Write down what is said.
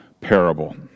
parable